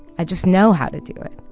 i just know how to do it.